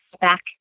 back